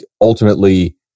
ultimately